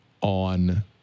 on